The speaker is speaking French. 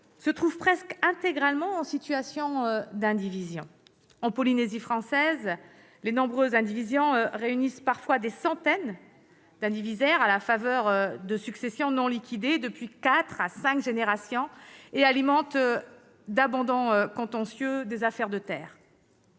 se trouve presque intégralement en situation d'indivision. En Polynésie française, les nombreuses indivisions réunissent parfois des centaines d'indivisaires à la faveur de successions non liquidées depuis quatre à cinq générations ; elles alimentent l'abondant contentieux des « affaires de terre